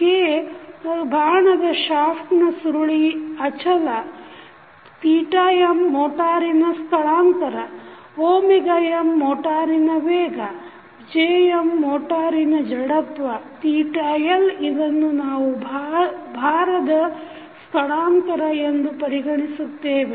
K ಬಾಣದ ನ ಸುರುಳಿ ಅಚಲ m ಮೋಟಾರಿನ ಸ್ಥಳಾಂತರ mಮೋಟಾರಿನ ವೇಗ Jm ಮೋಟಾರಿನ ಜಡತ್ವ Lಇದನ್ನು ನಾವು ಭಾರದ ಸ್ಥಳಾಂತರ ಎಂದು ಪರಿಗಣಿಸುತ್ತೇವೆ